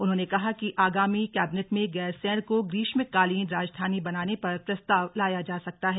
उन्होंने कहा है कि आगामी कैबिनेट में गैरसैंण को ग्रीष्मकालीन राजधानी बनाने पर प्रस्ताव लाया जा सकता है